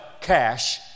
cash